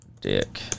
dick